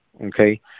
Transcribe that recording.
okay